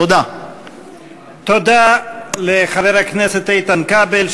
תודה לחבר הכנסת איתן כבל,